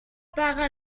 paga